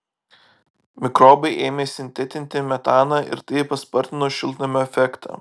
mikrobai ėmė sintetinti metaną ir tai paspartino šiltnamio efektą